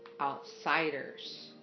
outsiders